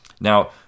Now